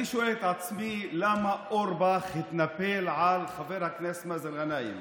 אני שואל את עצמי למה אורבך התנפל על חבר הכנסת מאזן גנאים.